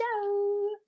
show